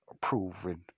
proven